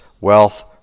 wealth